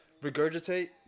Regurgitate